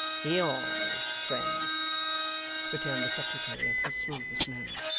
yours, friend returned the secretary in his smoothest manner.